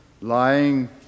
lying